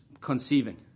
conceiving